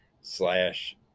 slash